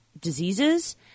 diseases